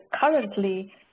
currently